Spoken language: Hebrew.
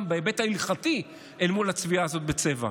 בהיבט ההלכתי אל מול הצביעה הזאת בצבע?